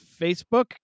Facebook